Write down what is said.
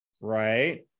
right